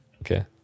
Okay